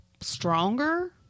stronger